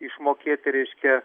išmokėti reiškia